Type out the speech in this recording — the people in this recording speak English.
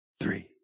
three